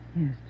Yes